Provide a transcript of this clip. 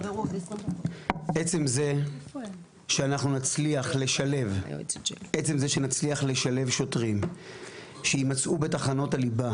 עצם זה שנצליח לשלב שוטרים שימצאו בתחנות הליבה,